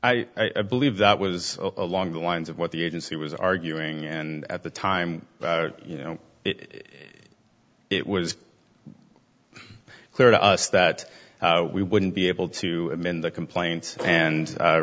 her i believe that was along the lines of what the agency was arguing and at the time you know it it was clear to us that we wouldn't be able to in the complaints and